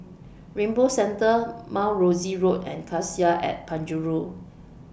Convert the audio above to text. Rainbow Centre Mount Rosie Road and Cassia At Penjuru